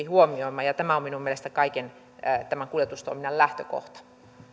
huomioimaan ja tämä on minun mielestäni kaiken tämän kuljetustoiminnan lähtökohta